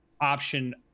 option